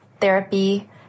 therapy